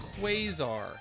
Quasar